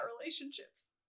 relationships